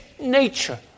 nature